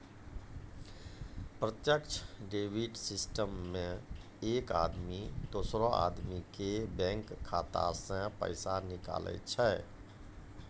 प्रत्यक्ष debit system मे एक आदमी दोसरो आदमी के बैंक खाता से पैसा निकाले छै